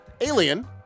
alien